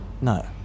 No